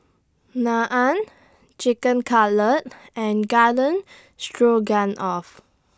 Naan Chicken Cutlet and Garden Stroganoff